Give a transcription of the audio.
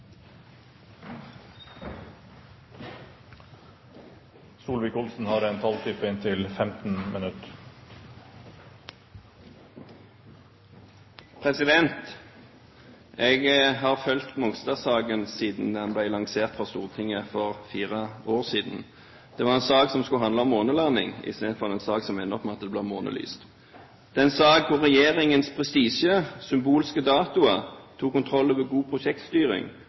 Jeg har fulgt Mongstad-saken siden den ble lansert for Stortinget for fire år siden. Det var en sak som skulle handle om månelanding, istedenfor en sak som ender opp med at det blir månelyst. Det er en sak hvor regjeringens prestisje og symbolske datoer tok kontroll over god prosjektstyring